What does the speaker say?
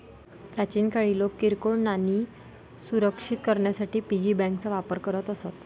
प्राचीन काळी लोक किरकोळ नाणी सुरक्षित करण्यासाठी पिगी बँकांचा वापर करत असत